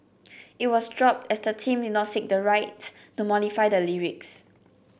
it was dropped as the team did not seek the right to modify the lyrics